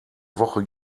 woche